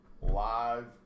live